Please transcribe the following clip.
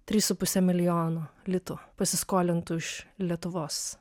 trys su puse milijono litų pasiskolintų iš lietuvos